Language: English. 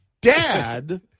dad